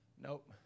Nope